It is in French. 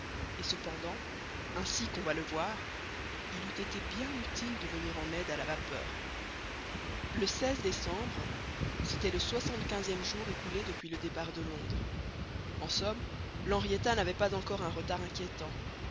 et cependant ainsi qu'on va le voir il eût été bien utile de venir en aide à la vapeur le décembre c'était le soixante quinzième jour écoulé depuis le départ de londres en somme l'henrietta n'avait pas encore un retard inquiétant